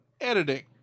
editing